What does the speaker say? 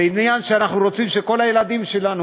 זה עניין שאנחנו רוצים שכל הילדים שלנו,